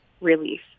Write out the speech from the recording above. relief